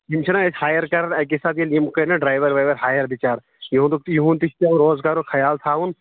یِمہٕ چھِنا اَسہِ ہایر پیٚوان اَکے ساتہٕ ییٚلہِ یِم کٔرۍ ڈرایور وایور ہایر بِچارٕ یِہُنٛد دوٚپ یِہُنٛد تہِ چھُ پیٚوان روزگارُک خیال تھاوُن